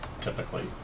typically